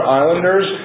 islanders